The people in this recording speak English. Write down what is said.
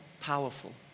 powerful